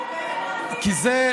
לפני שבאת לליכוד.